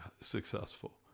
successful